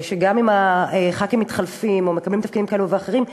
שגם אם הח"כים מתחלפים או מקבלים תפקידים כאלו ואחרים,